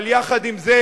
אבל יחד עם זה,